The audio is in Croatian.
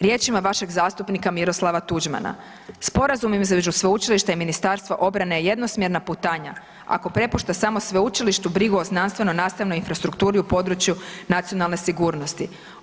Riječima vašeg zastupnika Miroslava Tuđmana sporazuma između sveučilišta i Ministarstva obrane je jednosmjerna putanja ako prepušta samo sveučilištu brigu o znanstveno-nastavnoj infrastrukturi u području nacionalne sigurnosti.